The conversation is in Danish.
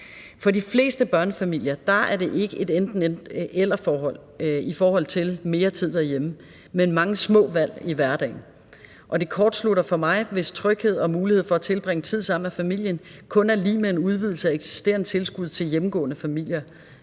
For de fleste børnefamilier er det ikke et enten-eller i forhold til mere tid derhjemme, men mange små valg i hverdagen, og det kortslutter for mig, hvis tryghed og mulighed for at tilbringe tid sammen med familien kun er lig med en udvidelse af eksisterende tilskud til hjemmegående familier